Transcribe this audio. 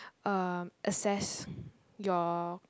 um assess your